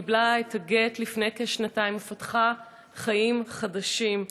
שקיבלה את הגט לפני כשנתיים ופתחה בחיים חדשים.